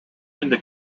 into